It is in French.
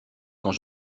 quand